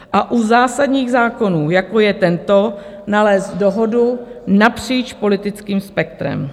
A u zásadních zákonů, jako je tento, nalézt dohodu napříč politickým spektrem.